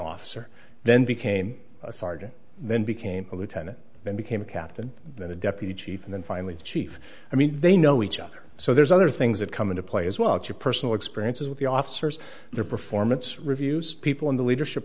officer then became a sergeant then became a lieutenant then became a captain then a deputy chief and then finally the chief i mean they know each other so there's other things that come into play as well as your personal experiences with the officers their performance reviews people in the leadership